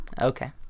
Okay